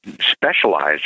specialized